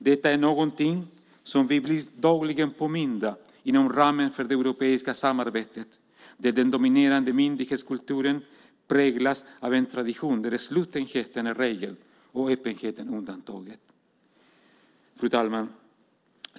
Detta är någonting som vi blir påminda om dagligen inom ramen för det europeiska samarbetet där den dominerande myndighetskulturen präglas av en tradition där slutenhet är regel och öppenhet är undantag. Fru talman!